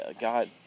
God